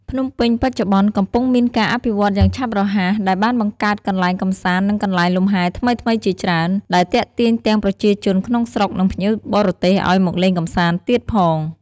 ភ្នំពេញបច្ចុប្បន្ន កំពុងមានការអភិវឌ្ឍយ៉ាងឆាប់រហ័ស ដែលបានបង្កើតកន្លែងកម្សាន្ត និងកន្លែងលំហែថ្មីៗជាច្រើន ដែលទាក់ទាញទាំងប្រជាជនក្នុងស្រុក និងភ្ញៀវបរទេសឲ្យមកលេងកម្សាន្ដទៀតផង។